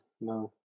no